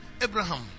Abraham